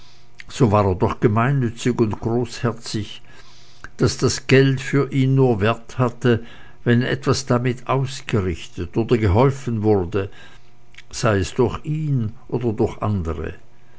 so war er doch so gemeinnützig und großherzig daß das geld für ihn nur wert hatte wenn etwas damit ausgerichtet oder geholfen wurde sei es durch ihn oder durch andere